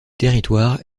territoire